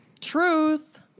Truth